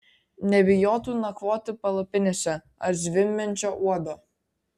nebijotų nakvoti palapinėse ar zvimbiančio uodo